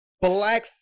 black